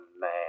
man